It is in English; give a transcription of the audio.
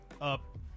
up